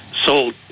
sold